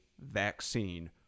vaccine